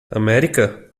américa